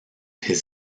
his